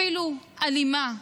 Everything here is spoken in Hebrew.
אפילו אלימה,